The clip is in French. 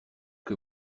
que